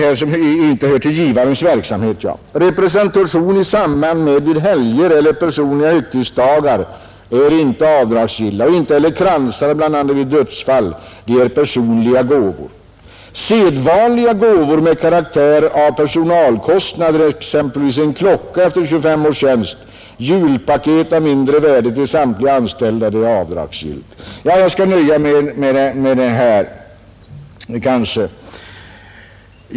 I anvisningarna anförs vidare: ”Representation i samband med helger eller personliga högtidsdagar är icke avdragsgill omkostnad i förvärvskälla. Ej heller utgifter för kransar eller blommor i samband med dödsfall anses avdragsgill.” Sedvanliga gåvor med karaktär av personalkostnader, exempelvis en klocka efter 25 års tjänst, julpaket av mindre värde till samtliga anställda får dras av. Jag skall nöja mig med det här.